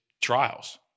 trials